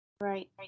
Right